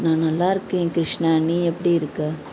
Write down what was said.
நான் நல்லா இருக்கேன் கிருஷ்ணா நீ எப்படி இருக்க